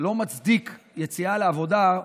לא מצדיק יציאה לעבודה,